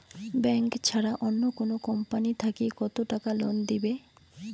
Bank ছাড়া অন্য কোনো কোম্পানি থাকি কত টাকা লোন দিবে?